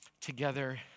together